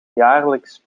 jaarlijks